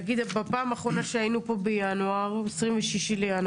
נגיד, בפעם האחרונה שהיינו פה ב-26 בינואר,